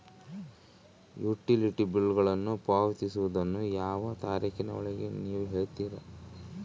Utility ಬಿಲ್ಲುಗಳನ್ನು ಪಾವತಿಸುವದನ್ನು ಯಾವ ತಾರೇಖಿನ ಒಳಗೆ ನೇವು ಮಾಡುತ್ತೇರಾ?